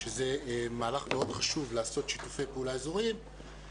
שזה מהלך מאוד חשוב לעשות שיתופי פעולה אזוריים,